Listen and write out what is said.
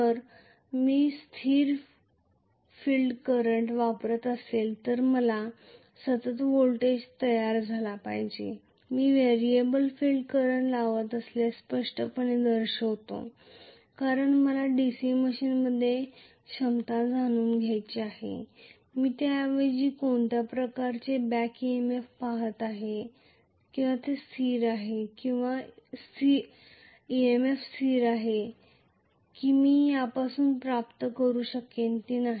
जर मी स्थिर फील्ड करंट वापरत असेल तर सतत व्होल्टेज तयार झाला पाहिजे मी व्हेरिएबल फिल्ड करंट लावत असल्यास स्पष्टपणे दर्शवितो कारण मला माझ्या DC मशीनची क्षमता जाणून घ्यायची आहे मी त्याऐवजी कोणत्या प्रकारचे बॅक EMF पहात आहे स्थिर आहे किंवा EMF स्थिर आहे की मी यापासून प्राप्त करू शकेन ते नाही